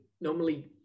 normally